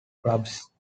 clubs